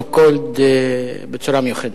so called, בצורה מיוחדת.